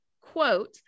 quote